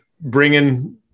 bringing